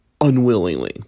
Unwillingly